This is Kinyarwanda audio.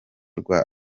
rwa